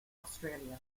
australia